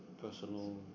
personal